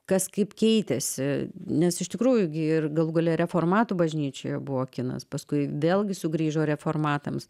kas kaip keitėsi nes iš tikrųjų gi ir galų gale reformatų bažnyčioje buvo kinas paskui vėlgi sugrįžo reformatams